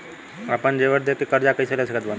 आपन जेवर दे के कर्जा कइसे ले सकत बानी?